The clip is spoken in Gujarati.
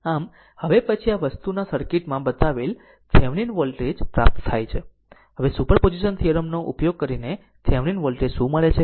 આમ હવે પછી આ વસ્તુના સર્કિટમાં બતાવેલ થેવેનિન વોલ્ટેજ પ્રાપ્ત થાય છે હવે સુપર પોઝિશન થીયરમ્સ નો ઉપયોગ કરીને થેવેનિન વોલ્ટેજ શું મળે છે